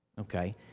okay